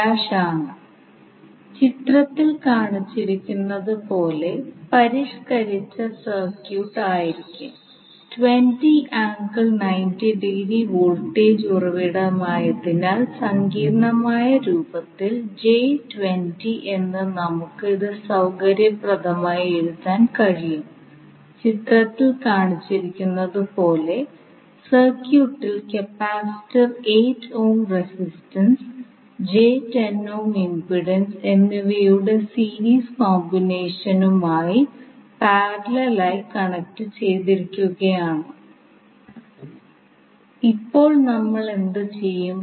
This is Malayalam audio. ഡിസി സർക്യൂട്ടുകളുടെ കാര്യത്തിൽ നമ്മൾ മുമ്പ് ചർച്ച ചെയ്ത വിവിധ സർക്യൂട്ട് സിദ്ധാന്തങ്ങൾ ഉപയോഗിച്ച് നമ്മൾ പ്രശ്നം പരിഹരിക്കും ഇതിൻറെ ഫലമായുണ്ടാകുന്ന ഫേസറിനെ ടൈം ഡൊമെയ്നിലേക്ക് പരിവർത്തനം ചെയ്യും